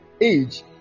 age